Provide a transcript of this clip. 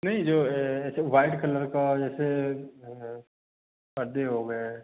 नहीं जो ऐसे व्हाइट कलर का जैसे पर्दे हो गए